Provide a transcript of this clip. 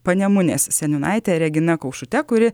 panemunės seniūnaite regina kaušūte kuri